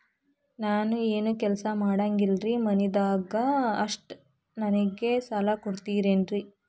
ನಾನು ಏನು ಕೆಲಸ ಮಾಡಂಗಿಲ್ರಿ ಮನಿ ಅದ ಅಷ್ಟ ನನಗೆ ಸಾಲ ಕೊಡ್ತಿರೇನ್ರಿ?